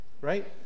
right